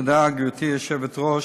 תודה, גברתי היושבת-ראש.